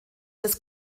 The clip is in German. des